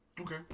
okay